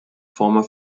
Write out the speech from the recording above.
former